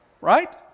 right